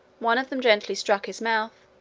one of them gently struck his mouth,